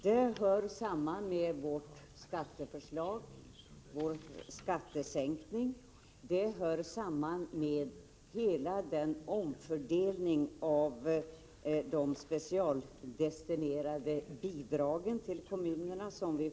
Det hör samman med vårt skattesänkningsförslag.